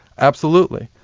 absolutely.